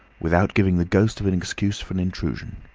without giving the ghost of an excuse for an intrusion.